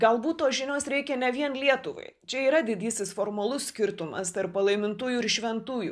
galbūt tos žinios reikia ne vien lietuvai čia yra didysis formalus skirtumas tarp palaimintųjų ir šventųjų